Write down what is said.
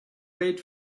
wait